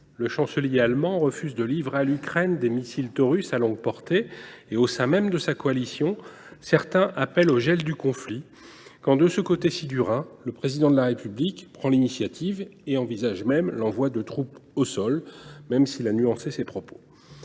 Le chancelier allemand refuse de livrer à l’Ukraine des missiles Taurus à longue portée et, au sein même de sa coalition, certains appellent au gel du conflit quand, de ce côté ci du Rhin, le Président de la République prend l’initiative et envisage même l’envoi de troupes au sol – il a depuis lors nuancé ses propos.